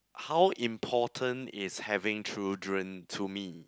how important is having children to me